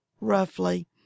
roughly